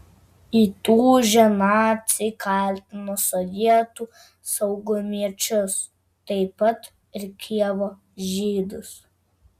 įtūžę naciai kaltino sovietų saugumiečius taip pat ir kijevo žydus